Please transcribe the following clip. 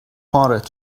pointed